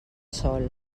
sol